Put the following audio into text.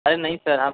अरे नहीं सर हम